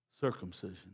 circumcision